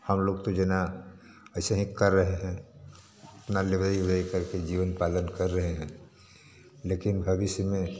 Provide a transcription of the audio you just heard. हम लोग तो जहाँ ऐसे ही कर रहे हैं अपना लेबरई उबरई करके जीवन पालन कर रहे हैं लेकिन भविष्य में